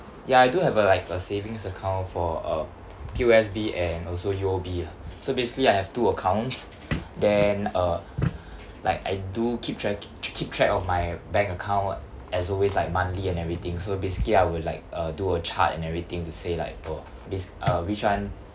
ya I do have a like a savings account for uh P_O_S_B and also U_O_B ah so basically I have two accounts then uh like I do keep track keep track of my bank account as always like monthly and everything so basically I would like uh do a chart and everything to say like oh this uh which one